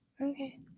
Okay